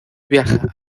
viaja